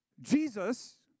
Jesus